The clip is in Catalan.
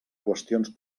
qüestions